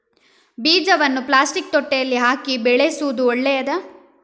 ಬೀಜವನ್ನು ಪ್ಲಾಸ್ಟಿಕ್ ತೊಟ್ಟೆಯಲ್ಲಿ ಹಾಕಿ ಬೆಳೆಸುವುದು ಒಳ್ಳೆಯದಾ?